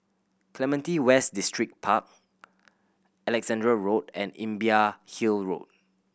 Clementi West Distripark Alexandra Road and Imbiah Hill Road